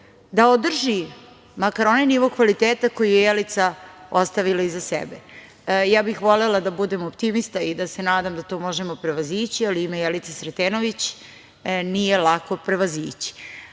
da održi makar onaj nivo kvaliteta koji je Jelica ostavila iza sebe. Ja bih volela da budem optimista i da se nadam da to možemo prevazići, ali ime Jelice Sretenović nije lako prevazići. Znači,